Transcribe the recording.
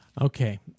Okay